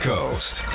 Coast